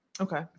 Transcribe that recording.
Okay